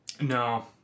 no